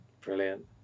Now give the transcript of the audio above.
brilliant